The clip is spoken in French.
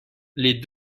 les